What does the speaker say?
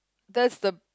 that's the